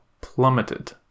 plummeted